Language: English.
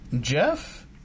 Jeff